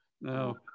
No